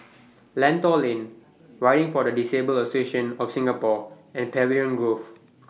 Lentor Lane Riding For The Disabled Association of Singapore and Pavilion Grove